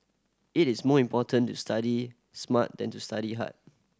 it is more important to study smart than to study hard